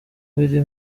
biri